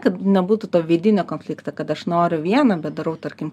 kad nebūtų to vidinio konfliktą kad aš noriu vieną bet darau tarkim